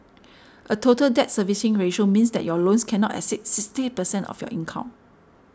a Total Debt Servicing Ratio means that your loans cannot exceed sixty percent of your income